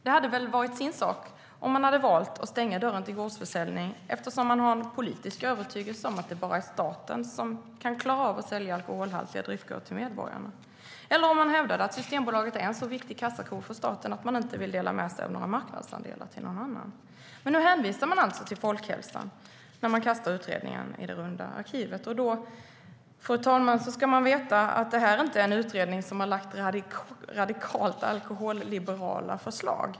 Det hade väl varit en sak om man valt att stänga dörren till gårdsförsäljning på grund av en politisk övertygelse om att det bara är staten som kan klara av att sälja alkoholhaltiga drycker till medborgarna eller om man hävdat att Systembolaget är en så viktig kassako för staten att man inte vill dela med sig några marknadsandelar till någon annan. Men nu hänvisar man alltså till folkhälsan när man kastar utredningen i det runda arkivet. Och då, fru talman, ska det sägas att det här inte är en utredning som lagt fram radikalt alkoholliberala förslag.